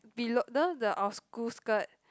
below the the our school skirt